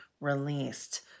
released